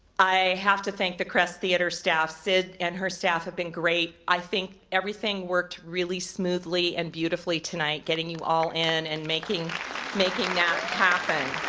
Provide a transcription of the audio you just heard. i have to thank the crest theatre staff, sid and her staff have been great. i think everything worked really smoothly and beautifully tonight, getting you all in and making making that happen.